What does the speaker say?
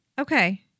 okay